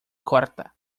corta